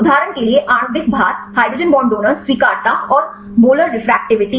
उदाहरण के लिए आणविक भार हाइड्रोजन बांड डोनर्स स्वीकर्ता और मोलर रेफ्रेक्टिविटी